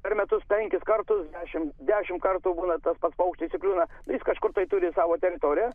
per metus penkis kartus dešimt dešimt kartų būna tas pats paukštis įkliūna jis kažkur tai turi savo teritoriją